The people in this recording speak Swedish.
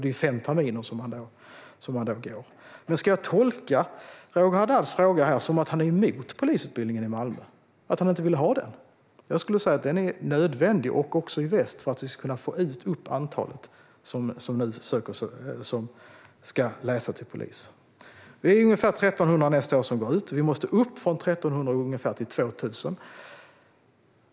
Man går utbildningen under fem terminer. Ska jag tolka Roger Haddads fråga som att han är emot polisutbildningen i Malmö, att han inte vill ha den? Jag skulle säga att den är nödvändig, liksom den i väst, för att vi ska kunna få upp antalet personer som läser till polis. Det är ungefär 1 300 som går ut nästa år. Vi måste upp från ungefär 1 300 till 2 000.